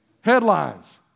Headlines